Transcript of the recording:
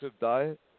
diet